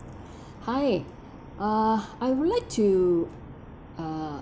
hi uh I would like to uh